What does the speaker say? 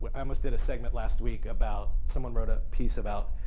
but i almost did a segment last week about someone wrote a piece about